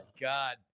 God